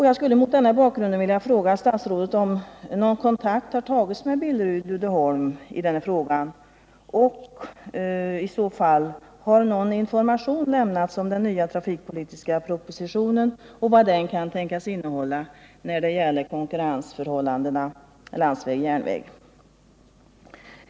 Jag skulle mot denna bakgrund vilja fråga statsrådet om någon kontakt har tagits med Billerud-Uddeholm i frågan och om i så fall någon information har lämnats om den nya trafikpolitiska propositionen och vad den kan tänkas innehålla då det gäller konkurrensförhållandena landsväg-järnväg.